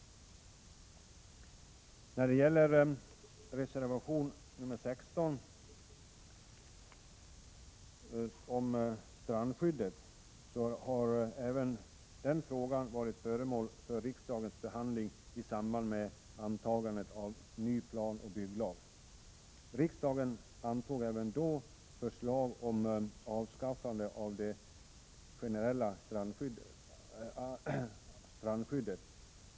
Reservation nr 16 gäller strandskyddet. Även den frågan har varit föremål för riksdagens behandling i samband med antagandet av ny planoch bygglag. Riksdagen avslog även då förslag om avskaffandet av det generella strandskyddet.